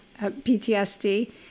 PTSD